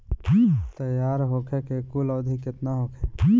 तैयार होखे के कुल अवधि केतना होखे?